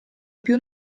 più